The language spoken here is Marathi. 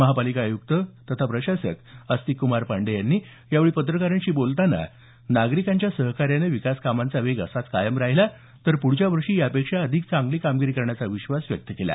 महापालिका आयुक्त आस्तिककुमार पांडेय यांनी यावेळी पत्रकारांशी बोलताना नागरिकांच्या सहकार्यानं विकास कामांचा वेग असाच कायम राहिला तर पूढच्या वर्षी यापेक्षा चांगली कामगिरी करण्याचा विश्वास व्यक्त केला